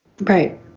Right